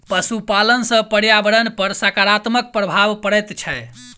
पशुपालन सॅ पर्यावरण पर साकारात्मक प्रभाव पड़ैत छै